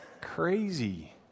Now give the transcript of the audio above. Crazy